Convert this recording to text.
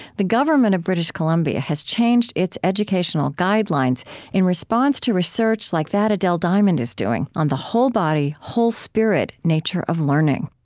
the government of british columbia has changed its educational guidelines in response to research like that adele diamond is doing on the whole-body, whole-spirit nature of learning